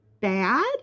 bad